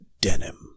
denim